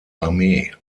armee